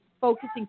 focusing